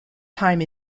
time